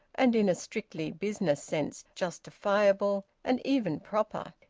and in a strictly business sense justifiable and even proper.